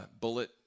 bullet